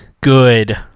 Good